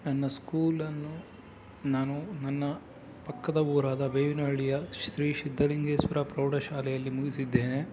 ನನ್ನ ಸ್ಕೂಲನ್ನು ನಾನು ನನ್ನ ಪಕ್ಕದ ಊರಾದ ಬೇವಿನಹಳ್ಳಿಯ ಶ್ರೀ ಸಿದ್ಧಲಿಂಗೇಶ್ವರ ಪ್ರೌಢಶಾಲೆಯಲ್ಲಿ ಮುಗಿಸಿದ್ದೇನೆ